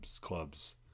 clubs